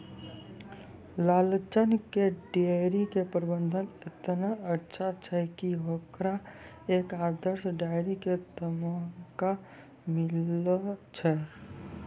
लालचन के डेयरी के प्रबंधन एतना अच्छा छै कि होकरा एक आदर्श डेयरी के तमगा मिललो छै